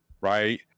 Right